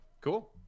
Cool